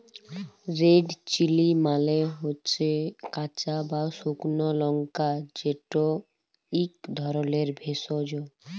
red chilli মালে হচ্যে কাঁচা বা সুকনা লংকা যেট ইক ধরলের ভেষজ